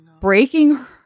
breaking